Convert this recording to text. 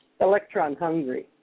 electron-hungry